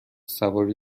سواری